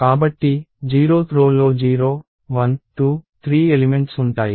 కాబట్టి 0th row లో 0 1 2 3 elements ఉంటాయి